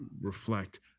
reflect